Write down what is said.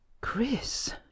chris